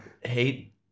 hate